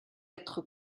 être